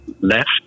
left